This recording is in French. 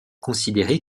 considéré